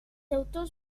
autors